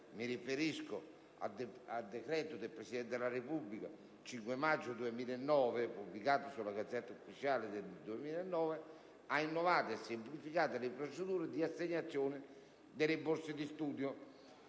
Mi riferisco al decreto del Presidente della Repubblica del 5 maggio 2009, n. 58, pubblicato sulla *Gazzetta Ufficiale* del 3 giugno 2009, che ha innovato e semplificato le procedure dì assegnazione delle borse di studio,